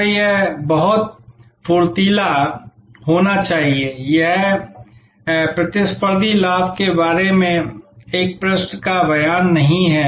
तो यह बहुत कुरकुरा होना चाहिए यह प्रतिस्पर्धी लाभ के बारे में एक पृष्ठ का बयान नहीं है